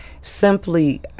simply